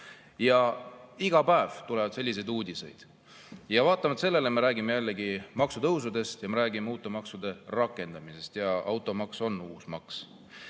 Iga päev tulevad sellised uudised. Vaatamata sellele me räägime maksutõusudest ja me räägime uute maksude rakendamisest, ja automaks on uus maks.